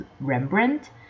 Rembrandt